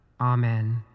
Amen